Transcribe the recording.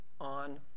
on